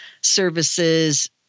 services